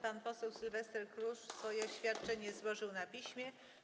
Pan poseł Sylwester Chruszcz swoje oświadczenie złożył na piśmie.